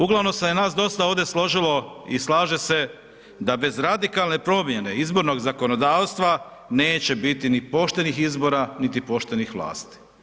Uglavnom se je nas dosta ovdje složilo i slaže se da bez radikalne promjene izbornog zakonodavstva neće biti ni poštenog izbora, niti poštenih vlasti.